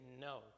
no